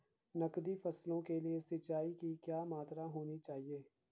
नकदी फसलों के लिए सिंचाई की क्या मात्रा होनी चाहिए?